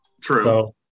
True